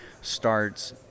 starts